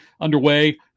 underway